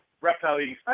reptile-eating